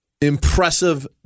impressive